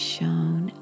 Shown